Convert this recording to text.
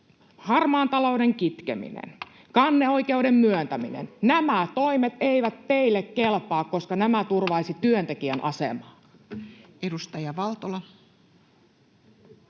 harmaan talouden kitkemisen, kanneoikeuden myöntämisen. Nämä toimet eivät teille kelpaa, koska nämä turvaisivat työntekijän asemaa. Edustaja Valtola.